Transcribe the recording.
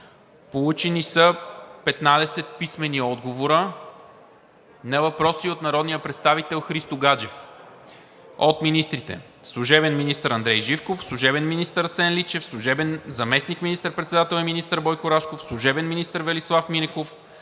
Получени са 15 писмени отговора на въпроси от народния представител Христо Гаджев от министрите: служебен министър Андрей Живков, служебен министър Асен Личев, служебен заместник министър-председател и министър Бойко Рашков, служебен министър Велислав Минеков,